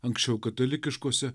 anksčiau katalikiškose